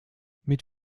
mit